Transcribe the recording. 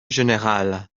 générale